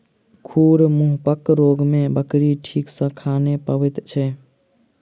खुर मुँहपक रोग मे बकरी ठीक सॅ खा नै पबैत छै